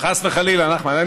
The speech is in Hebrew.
חס וחלילה, נחמן.